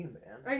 man